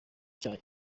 icyaha